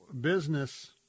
business